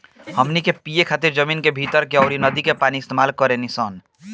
हमनी के पिए खातिर जमीन के भीतर के अउर नदी के पानी इस्तमाल करेनी सन